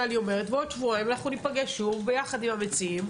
עוד שבועיים ניפגש שוב יחד עם המציעים,